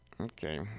Okay